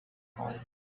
home